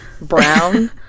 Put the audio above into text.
brown